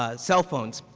ah cell phones,